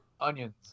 Onions